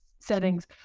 settings